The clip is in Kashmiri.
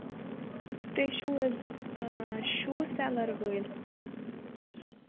تُہۍ چھِو حظ شوٗ سیلَر وٲلۍ